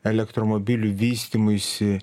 elektromobilių vystymuisi